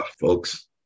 folks